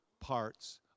parts